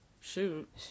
shoot